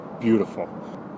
beautiful